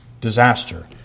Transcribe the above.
disaster